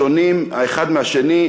שונים האחד מהשני,